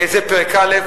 זה פרק א',